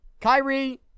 Kyrie